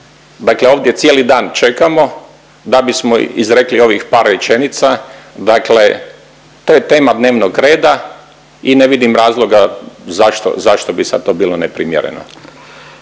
Dakle, ovdje cijeli dan čekamo da bismo izrekli ovih par rečenica, dakle to je tema dnevnog reda i ne vidim razloga zašto bi to sad bilo neprimjerno.